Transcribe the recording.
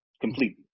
completely